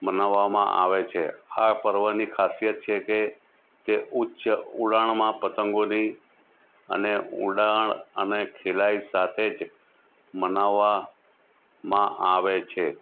મનાવવામાં આવે છે આ પર્વની ખાસિયત છે કે તે ઉચ્ચ ઉડાનમાં પતંગોની અને ઉડાન અને ખેલાઈ સાથે જ મનાવવામાં આવે છે